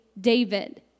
David